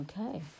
Okay